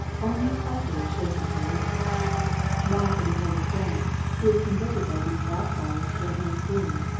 only partially shaken herein loss of an early friend, who is converted by being baptized when in a swoon